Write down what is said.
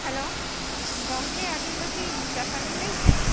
hello ᱜᱚᱢᱠᱮ ᱟᱵᱤᱱ ᱫᱚᱠᱤ ᱪᱟᱥᱟ ᱵᱮᱱ ᱞᱟᱹᱭᱮᱜᱼᱟ